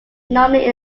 normally